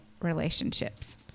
relationships